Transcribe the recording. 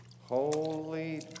Holy